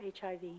HIV